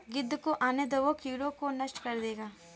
गिद्ध को आने दो, वो कीड़ों को नष्ट कर देगा